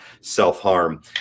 self-harm